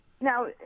Now